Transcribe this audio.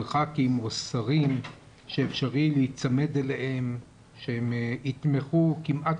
של ח"כים או שרים שאפשרי להיצמד אליהם שהם יתמכו כמעט